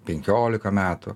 penkiolika metų